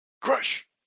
Crush